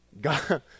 God